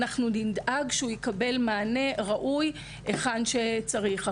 נדאג שיקבל מענה ראוי היכן שצריך.